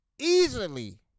easily